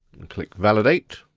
and click validate.